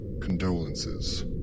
condolences